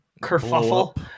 kerfuffle